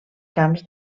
camps